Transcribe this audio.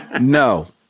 No